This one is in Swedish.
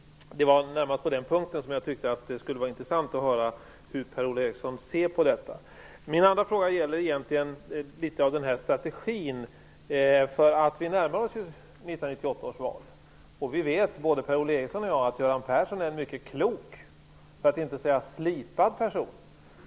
Det var närmast på den punkten det skulle vara intressant att höra vad Per-Ola Eriksson anser. Min andra frågan gäller strategi. Vi närmar oss ju 1998 års val. Både Per-Ola Eriksson och jag vet att Göran Persson är en mycket klok, för att inte säga slipad, person.